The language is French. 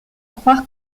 croire